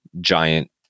giant